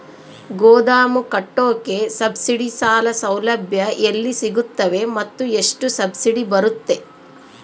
ಗೋದಾಮು ಕಟ್ಟೋಕೆ ಸಬ್ಸಿಡಿ ಸಾಲ ಸೌಲಭ್ಯ ಎಲ್ಲಿ ಸಿಗುತ್ತವೆ ಮತ್ತು ಎಷ್ಟು ಸಬ್ಸಿಡಿ ಬರುತ್ತೆ?